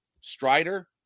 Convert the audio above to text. Strider